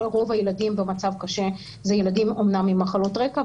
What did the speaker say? רוב הילדים במצב קשה הם ילדים אמנם עם מחלות רקע,